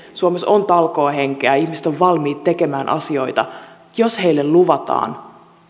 suomessa on talkoohenkeä ihmiset ovat valmiita tekemään asioita jos heille luvataan